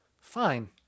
Fine